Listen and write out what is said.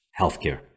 healthcare